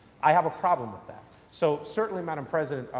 i have a problem with that. so, certainly, madam president,